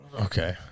Okay